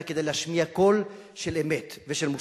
אלא כדי להשמיע קול של אמת ושל מוסר.